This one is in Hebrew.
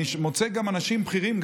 אני מוצא גם אנשים בכירים,